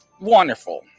Wonderful